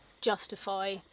justify